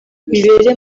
bibere